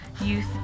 youth